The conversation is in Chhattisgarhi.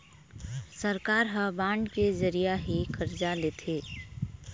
सरकार ह बांड के जरिया ही करजा लेथे